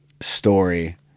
story